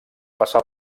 passar